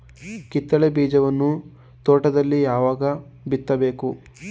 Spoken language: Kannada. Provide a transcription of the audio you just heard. ಕಿತ್ತಳೆ ಬೀಜವನ್ನು ತೋಟದಲ್ಲಿ ಯಾವಾಗ ಬಿತ್ತಬೇಕು?